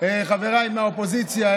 חבריי מהאופוזיציה,